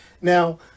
Now